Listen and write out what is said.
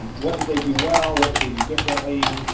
and what did they do well, what would they do differently?